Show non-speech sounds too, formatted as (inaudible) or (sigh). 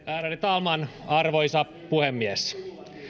(unintelligible) ärade talman arvoisa puhemies